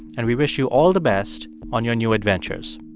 and we wish you all the best on your new adventures